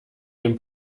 dem